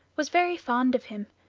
was very fond of him,